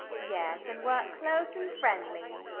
yes, and work close and friendly.